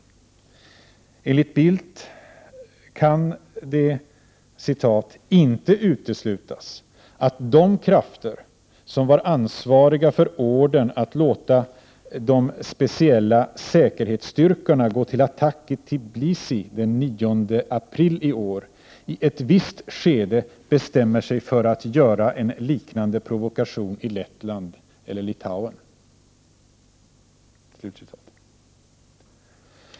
Enligt Bildt kan det ”inte uteslutas att de krafter som var ansvariga för ordern att låta de speciella säkerhetsstyrkorna gå till attack i Tbilisi den 9 april i år, i ett visst skede bestämmer sig för att göra en liknande provokation i Lettland eller Litauen”.